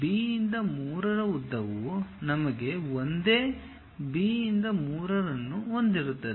B 3 ಉದ್ದವು ನಮಗೆ ಒಂದೇ B 3 ಅನ್ನು ಹೊಂದಿರುತ್ತದೆ